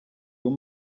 your